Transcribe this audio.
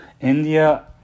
India